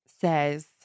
says